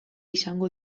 izango